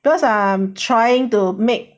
because I'm trying to make